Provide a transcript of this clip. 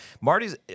marty's